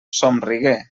somrigué